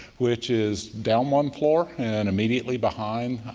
which is down one floor and immediately behind,